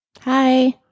Hi